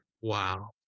Wow